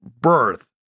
birth